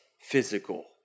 physical